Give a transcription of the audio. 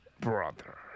Brother